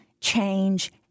change